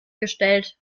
gestellt